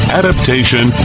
adaptation